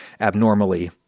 abnormally